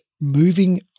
moving